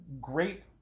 great